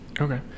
Okay